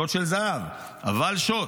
שוט של זהב, אבל שוט.